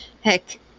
Heck